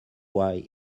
why